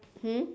hmm